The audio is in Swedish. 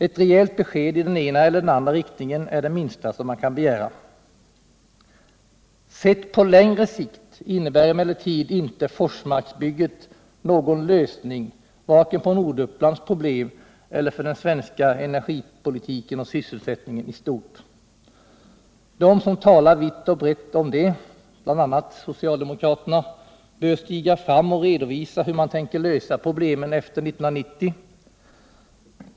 Ett rejält besked iden ena eller den andra riktningen är det minsta man kan begära. Sett på längre sikt innebär emellertid inte Forsmarksbygget någon lösning på problemen vare sig för Norduppland eller för den svenska energipolitiken och sysselsättningen i stort. De som talar vitt och brett om detta, bl.a. socialdemokraterna, bör stiga fram och redovisa hur de tänker lösa problemen som uppstår efter 1990.